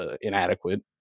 inadequate